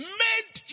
made